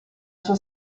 sua